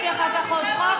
יש לי אחר כך עוד חוק,